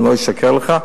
אני לא אשקר לך,